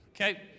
Okay